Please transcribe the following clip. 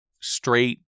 straight